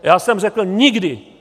Já jsem řekl nikdy!